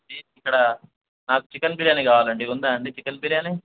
ఇక్కడ నాకు చికెన్ బిర్యానీ కావాలండి ఉందా అండి చికెన్ బిర్యానీ